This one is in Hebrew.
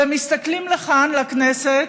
והם מסתכלים לכאן, לכנסת,